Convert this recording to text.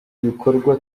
ibikorwa